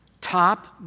top